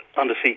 undersea